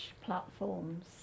platforms